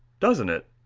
doesn't it!